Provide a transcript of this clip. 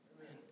Amen